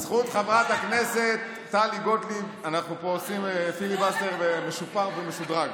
בזכות חברת הכנסת טלי גוטליב אנחנו עושים פה פיליבסטר משופר ומשודרג.